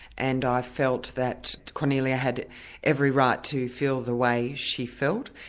and i felt that kornelia had every right to feel the way she felt.